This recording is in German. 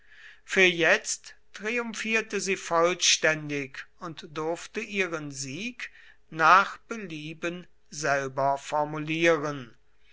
für jetzt triumphierte sie vollständig und durfte ihren sieg nach belieben selber formulieren